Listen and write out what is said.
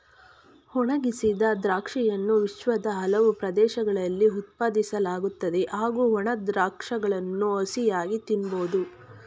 ಒಣಗಿಸಿದ ದ್ರಾಕ್ಷಿಯನ್ನು ವಿಶ್ವದ ಹಲವು ಪ್ರದೇಶಗಳಲ್ಲಿ ಉತ್ಪಾದಿಸಲಾಗುತ್ತದೆ ಹಾಗೂ ಒಣ ದ್ರಾಕ್ಷಗಳನ್ನು ಹಸಿಯಾಗಿ ತಿನ್ಬೋದು